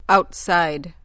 Outside